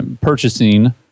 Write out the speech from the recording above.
purchasing